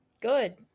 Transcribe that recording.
good